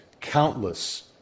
countless